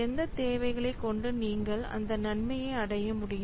எந்த தேவைகளைக் கொண்டு நீங்கள் அந்த நன்மையை அடைய முடியும்